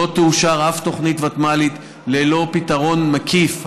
תאושר אף תוכנית ותמ"לית ללא פתרון מקיף,